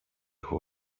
who